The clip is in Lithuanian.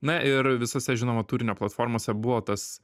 na ir visose žinoma turinio platformose buvo tas